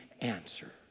answer